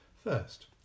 First